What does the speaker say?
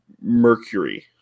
Mercury